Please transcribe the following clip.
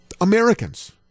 Americans